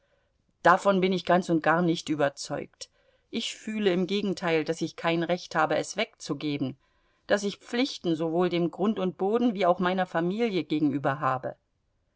davon bin ich ganz und gar nicht überzeugt ich fühle im gegenteil daß ich kein recht habe es wegzugeben daß ich pflichten sowohl dem grund und boden wie auch meiner familie gegenüber habe